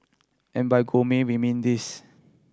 and by gourmet we mean this